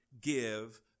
give